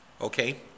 Okay